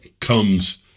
comes